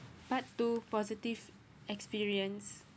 part two positive experience